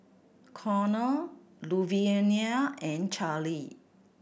Connor Luvinia and Charlie